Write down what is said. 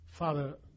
Father